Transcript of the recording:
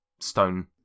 stone